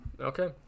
Okay